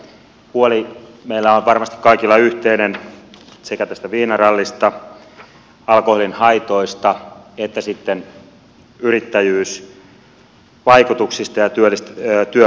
huoli meillä on varmasti kaikilla yhteinen sekä tästä viinarallista alkoholin haitoista että sitten yrittäjyysvaikutuksista ja työpaikoista